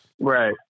Right